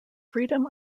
freedom